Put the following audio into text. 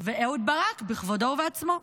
ואהוד ברק בכבודו ובעצמו.